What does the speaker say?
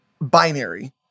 binary